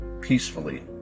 peacefully